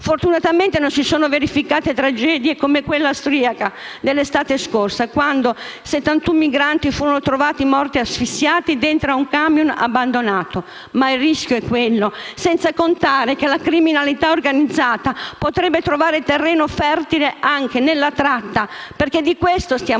Fortunatamente non si sono verificate tragedie come quella austriaca dell'estate scorsa, quando 71 migranti furono trovati morti asfissiati dentro un camion abbandonato, ma il rischio è quello. Senza contare che la criminalità organizzata potrebbe trovare terreno fertile anche nella tratta - perché di questo stiamo